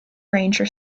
ranger